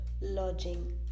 Lodging